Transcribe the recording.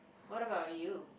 what about you